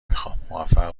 میخوامموفق